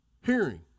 hearing